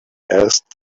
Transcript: asked